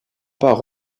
part